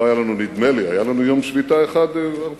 לא היה לנו, נדמה לי, היה לנו יום שביתה אחד ארצי?